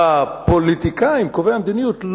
והפוליטיקאים, קובעי המדיניות,